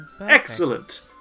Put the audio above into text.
Excellent